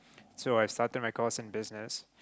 so I started my course in business